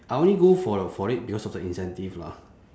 I only go for for it because of the incentive lah